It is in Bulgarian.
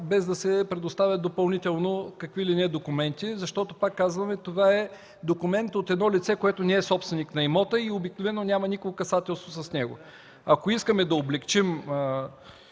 без да се предоставят допълнително какви ли не документи. Пак казвам, това е документ от едно лице, което не е собственик на имота и обикновено няма никакво касателство с него. Ако искаме да облекчим